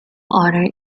order